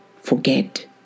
forget